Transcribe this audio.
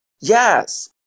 yes